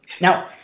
now